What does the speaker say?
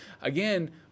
again